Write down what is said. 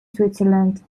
switzerland